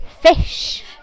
fish